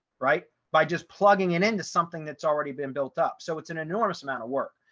right, by just plugging it into something that's already been built up. so it's an enormous amount of work.